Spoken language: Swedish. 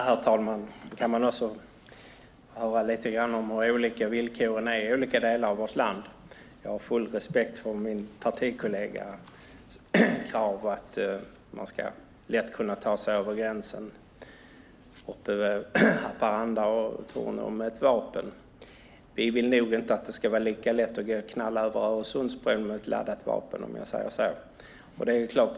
Herr talman! Vi har fått höra lite grann hur olika villkoren är i olika delar av vårt land. Jag har full respekt för min partikollegas krav på att man lätt ska kunna ta sig över gränsen med ett vapen mellan Haparanda och Torneå. Vi vill nog inte att det ska vara lika lätt att knalla över Öresundsbron med ett laddat vapen.